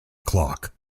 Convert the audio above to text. clock